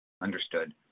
Understood